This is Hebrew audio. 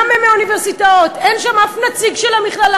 כולם מאוניברסיטאות, אין שם אף נציג של המכללות.